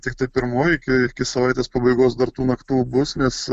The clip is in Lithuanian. tiktai pirmoji kai iki savaitės pabaigos dar tų naktų bus nes